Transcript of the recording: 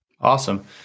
Awesome